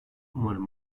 umarım